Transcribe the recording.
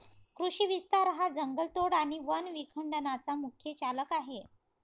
कृषी विस्तार हा जंगलतोड आणि वन विखंडनाचा मुख्य चालक आहे